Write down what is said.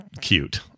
cute